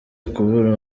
kubura